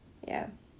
ya